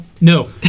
no